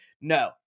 No